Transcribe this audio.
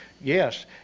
yes